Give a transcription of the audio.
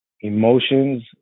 emotions